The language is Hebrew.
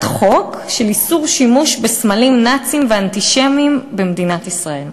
חוק לאיסור השימוש בסמלים נאציים ואנטישמיים במדינת ישראל.